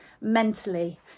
mentally